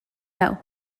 that